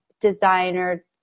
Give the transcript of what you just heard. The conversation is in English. designer